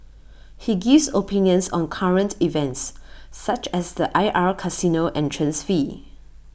he gives opinions on current events such as the IR casino entrance fee